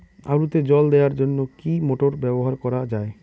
আলুতে জল দেওয়ার জন্য কি মোটর ব্যবহার করা যায়?